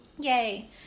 yay